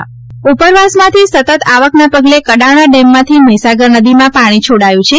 Kadana dam ઉપરવાસમાંથી સતત આવકના પગલે કડાણા ડેમમાંથી મહીસાગર નદીમાં પાણી છોડાયું છે